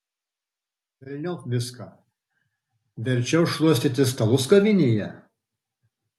velniop viską verčiau šluostyti stalus kavinėje